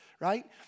right